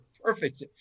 perfect